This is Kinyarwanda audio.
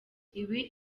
ibi